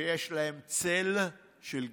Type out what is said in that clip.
שיש להן צל של גזענים.